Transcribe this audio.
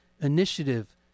initiative